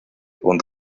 und